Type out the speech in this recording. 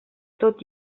tot